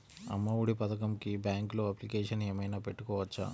అమ్మ ఒడి పథకంకి బ్యాంకులో అప్లికేషన్ ఏమైనా పెట్టుకోవచ్చా?